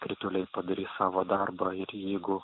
krituliai padarys savo darbą ir jeigu